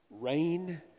rain